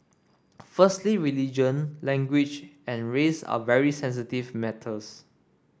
firstly religion language and race are very sensitive matters